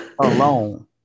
alone